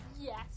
Yes